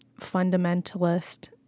fundamentalist